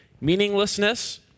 meaninglessness